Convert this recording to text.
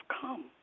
come